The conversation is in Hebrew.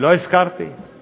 לא הזכרתי את זה.